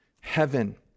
heaven